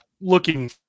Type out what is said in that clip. looking